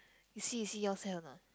you see you see yours have or not